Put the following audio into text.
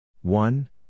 one